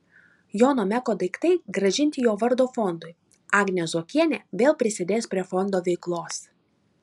jono meko daiktai grąžinti jo vardo fondui agnė zuokienė vėl prisidės prie fondo veiklos